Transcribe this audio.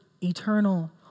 eternal